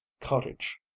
cottage